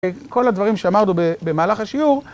כל הדברים שאמרנו במהלך השיעור.